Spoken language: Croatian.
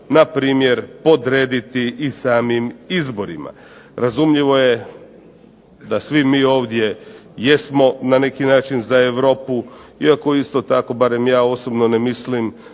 na primjer podrediti i samim izborima. Razumljivo je da svi mi ovdje jesmo na neki način za europu, iako isto tako barem ja osobno ne mislim